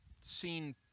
seen